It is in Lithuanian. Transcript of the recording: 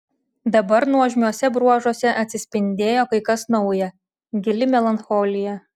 dabar nuožmiuose bruožuose atsispindėjo kai kas nauja gili melancholija